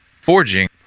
forging